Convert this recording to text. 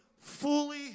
fully